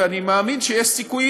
ואני מאמין שיש סיכויים.